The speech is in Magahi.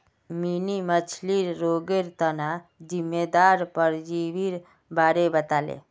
मिनी मछ्लीर रोगेर तना जिम्मेदार परजीवीर बारे बताले